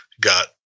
got